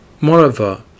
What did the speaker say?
Moreover